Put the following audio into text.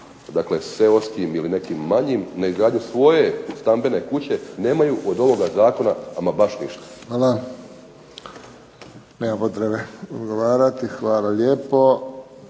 dakle seoskim ili nekim manjim da grade svoje stambene kuće nemaju od ovoga Zakona ama baš ništa. **Friščić, Josip (HSS)** Hvala. Nema potrebe odgovarati hvala lijepo.